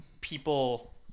people